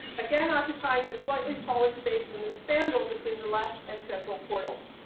again occupying the slightly taller space in the spandrel between the left and several portals.